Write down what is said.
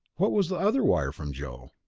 what was the other wire from joe?